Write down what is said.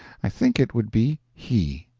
i think it would be he.